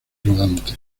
rodante